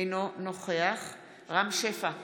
אינו נוכח רם שפע,